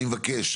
אני מבקש,